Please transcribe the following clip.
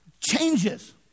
changes